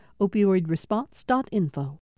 Opioidresponse.info